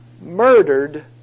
murdered